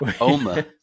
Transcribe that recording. OMA